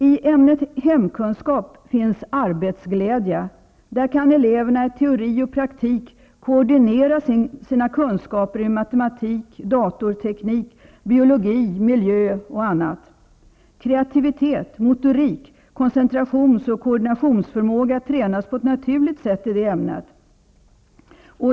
I ämnet hemkunskap finns arbetsglädje. Där kan eleverna i teori och praktik koordinera sina kunskaper i matematik, datorteknik, biologi, miljö och annat. Kreativitet, motorik, koncentrationsoch koordinationsförmåga tränas på ett naturligt sätt i det ämnet.